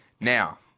Now